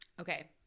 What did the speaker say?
okay